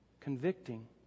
Convicting